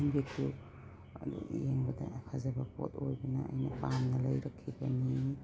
hand ꯕꯦꯒꯇꯨ ꯌꯦꯡꯕꯗ ꯐꯖꯕ ꯄꯣꯠ ꯑꯣꯏꯕꯅ ꯑꯩꯅ ꯄꯥꯝꯅ ꯂꯩꯔꯛꯈꯤꯕꯅꯤ